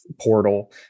portal